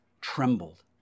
trembled